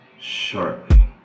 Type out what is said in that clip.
shortly